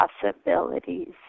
possibilities